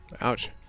ouch